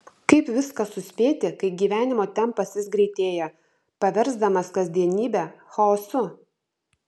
kaip viską suspėti kai gyvenimo tempas vis greitėja paversdamas kasdienybę chaosu